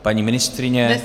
Paní ministryně?